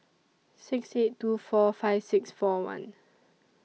six eight two four five six four one